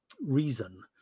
reason